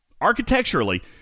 architecturally